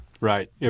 right